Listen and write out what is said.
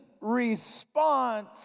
response